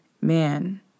man